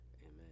Amen